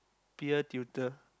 peer tutor